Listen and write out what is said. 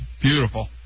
beautiful